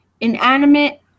Inanimate